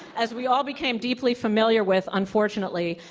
as we all became deeply familiar with, unfortunately,